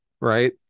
Right